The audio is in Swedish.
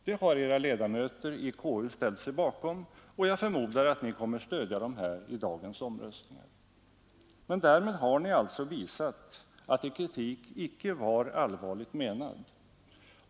Det har era ledamöter i KU ställt sig bakom, och jag förmodar att ni kommer att stödja dem i dagens omröstningar. Därmed har ni visat att er kritik inte var allvarligt menad.